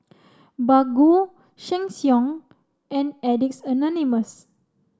Baggu Sheng Siong and Addicts Anonymous